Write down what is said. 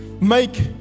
make